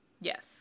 Yes